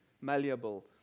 malleable